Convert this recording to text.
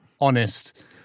honest